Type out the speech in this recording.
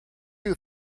you